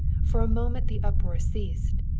for a moment the uproar ceased,